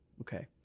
okay